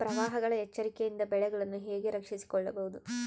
ಪ್ರವಾಹಗಳ ಎಚ್ಚರಿಕೆಯಿಂದ ಬೆಳೆಗಳನ್ನು ಹೇಗೆ ರಕ್ಷಿಸಿಕೊಳ್ಳಬಹುದು?